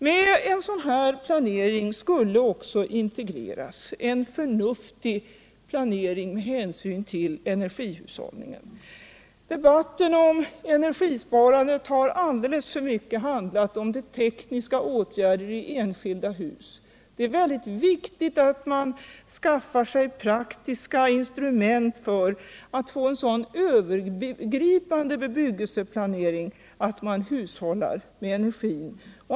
Med en sådan planering skulle också kunna integreras en förnuftig planering med hänsyn till energihushållningen. Debatten om cnergisparandet har alldeles för mycket handlat om de tekniska åtgärderna i enskilda hus. Det är mycket viktigt att man skaffar sig praktiska instrument för att få en så övergripande bebyggelseplanering att man kan hushålla med energin.